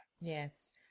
Yes